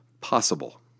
possible